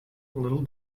little